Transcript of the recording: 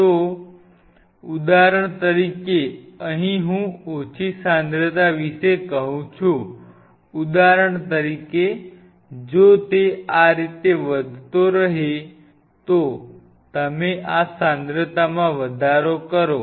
તો ઉદાહરણ તરીકે અહીં હું ઓછી સાંદ્રતા વિશે કહું છું ઉદાહરણ તરીકે જો તે આ રીતે વધતો રહે તો તમે આ સાંદ્રતામાં વધારો કરો